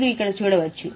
మీరు ఇక్కడ చూడవచ్చు